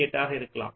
8 ஆக இருக்கலாம்